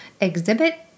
Exhibit